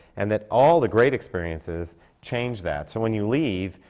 and that all the great experiences change that, so when you leave,